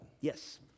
Yes